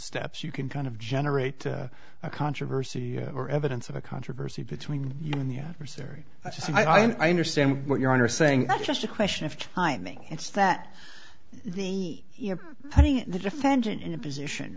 steps you can kind of generate a controversy or evidence of a controversy between you and the adversary i just i understand what you're on are saying that's just a question of timing it's that the honey the defendant in a position